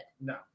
No